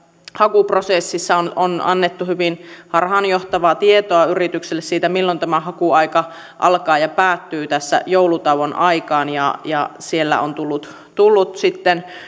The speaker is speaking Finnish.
hakuprosessissa on on annettu hyvin harhaanjohtavaa tietoa yrityksille siitä milloin tämä hakuaika alkaa ja päättyy tässä joulutauon aikaan siellä on tullut tullut sitten